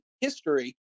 history